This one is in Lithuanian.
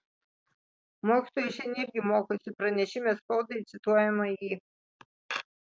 mokytojai šiandien irgi mokosi pranešime spaudai cituojama ji